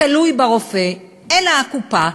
תלוי ברופא, אלא הקופה.